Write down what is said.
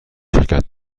شرکت